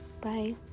bye